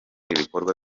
ibikorwa